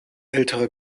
älterer